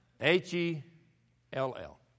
H-E-L-L